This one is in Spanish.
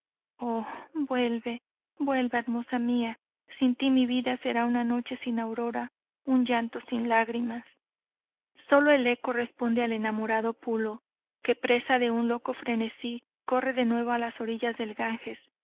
vuelve vuelve hermosa mía sin ti mi vida será una noche sin aurora un llanto sin lagrimas sólo el eco responde al enamorado pulo que presa de un loco frenesí corre de nuevo a las orillas del ganges